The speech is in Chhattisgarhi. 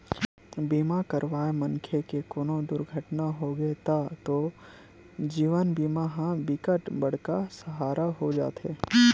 बीमा करवाए मनखे के कोनो दुरघटना होगे तब तो जीवन बीमा ह बिकट बड़का सहारा हो जाते